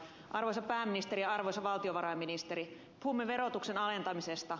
arvoisa pääministeri ja arvoisa valtiovarainministeri puhumme verotuksen alentamisesta